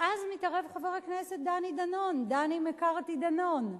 ואז מתערב חבר הכנסת דני דנון, דני מקארתי דנון,